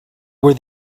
were